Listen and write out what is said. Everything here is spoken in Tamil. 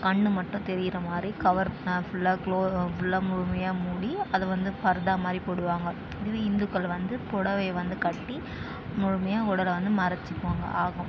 கண் மட்டும் தெரிகிற மாதிரி கவர் ஃபுல்லாக க்ளோ ஃபுல்லாக முழுமையா மூடி அது வந்து பர்தா மாதிரி போடுவாங்க இதுவே இந்துக்கள் வந்து புடவைய வந்து கட்டி முழுமையாக உடலை வந்து மறைச்சுப்பாங்க ஆகும்